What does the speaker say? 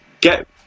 get